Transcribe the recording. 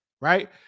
right